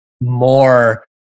more